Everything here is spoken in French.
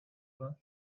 vingt